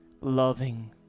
loving